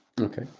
Okay